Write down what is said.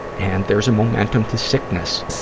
and there's a momentum to sickness,